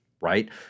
right